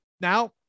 Now